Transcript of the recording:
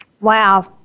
Wow